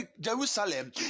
Jerusalem